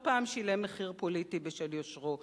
לא פעם שילם מחיר פוליטי בשל יושרו